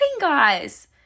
guys